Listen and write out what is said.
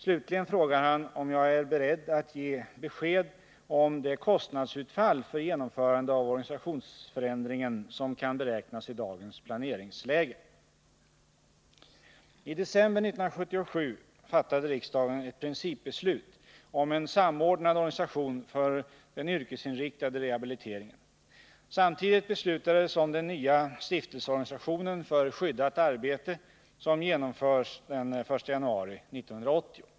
Slutligen frågar han om jag är beredd att ge besked om det kostnadsutfall för genomförande av organisationsförändringen som kan beräknas i dagens planeringsläge. I december 1977 fattade riksdagen ett principbeslut om en samordnad organisation för den yrkesinriktade rehabiliteringen. Samtidigt beslutades om den nya stiftelseorganisationen för skyddat arbete, som skall genomföras den 1 januari 1980.